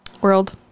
world